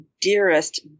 dearest